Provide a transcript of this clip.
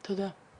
תודה.